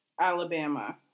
Alabama